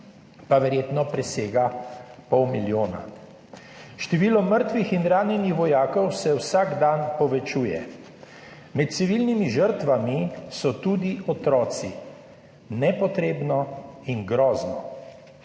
pa verjetno presega pol milijona. Število mrtvih in ranjenih vojakov se vsak dan povečuje. Med civilnimi žrtvami so tudi otroci. Nepotrebno in grozno.